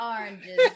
oranges